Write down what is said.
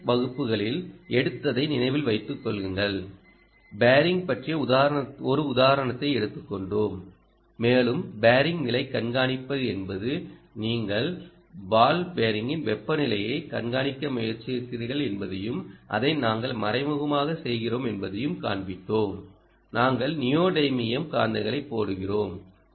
முந்தைய வகுப்புகளில் எடுத்ததை நினைவில் வைத்துக் கொள்ளுங்கள் பேரிங் பற்றிய ஒரு உதாரணத்தை எடுத்துக்கொண்டோம் மேலும் பேரிங் நிலை கண்காணிப்பு என்பது நீங்கள் பால் பேரிங்கின் வெப்பநிலையை கண்காணிக்க முயற்சிக்கிறீர்கள் என்பதையும் அதை நாங்கள் மறைமுகமாக செய்கிறோம் என்பதையும் காண்பித்தோம் நாங்கள் நியோடைமியம் காந்தங்களை போடுகிறோம்